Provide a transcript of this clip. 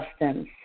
substance